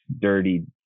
dirty